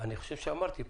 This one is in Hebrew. אני חושב שאמרתי.